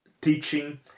teaching